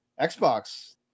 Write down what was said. Xbox